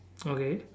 mm okay